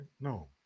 No